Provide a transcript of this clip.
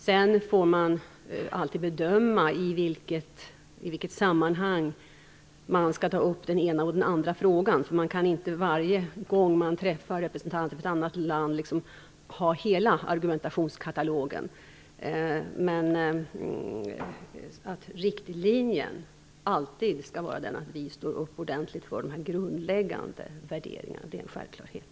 Sedan får man alltid bedöma i vilket sammanhang man skall ta upp den ena eller den andra frågan. Man kan ju inte varje gång som man träffar representanter för ett annat land anföra hela argumentationskatalogen. Men riktlinjen skall alltid vara den att vi står upp ordentligt för de grundläggande värderingarna. Det är en självklarhet.